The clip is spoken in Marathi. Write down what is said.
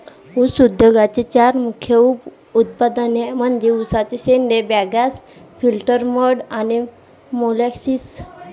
ऊस उद्योगाचे चार मुख्य उप उत्पादने म्हणजे उसाचे शेंडे, बगॅस, फिल्टर मड आणि मोलॅसिस